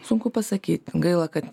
sunku pasakyt gaila kad